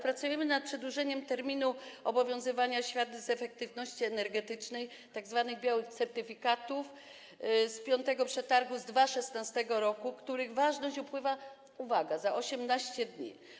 Pracujemy nad przedłużeniem terminu obowiązywania świadectw efektywności energetycznej, tzw. białych certyfikatów z piątego przetargu z 2016 r., których ważność upływa, uwaga, za 18 dni.